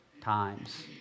times